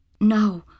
No